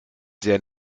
sehr